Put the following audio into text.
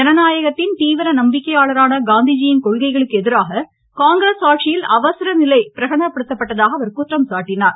ஜனநாயகத்தின் தீவிர நம்பிக்கையாளரான காந்திஜியின் கொள்கைகளுக்கு எதிராக காங்கிரஸ் ஆட்சியில் அவசரநிலை பிரகடனப்படுத்தப் பட்டதாக அவர் குற்றம் சாட்டினார்